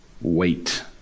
wait